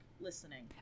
listening